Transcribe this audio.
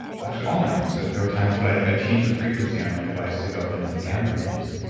actually, all my books. ah there were times where i'd i'd change the frequency on my device to go up into the gamma ranges